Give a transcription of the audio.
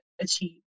achieve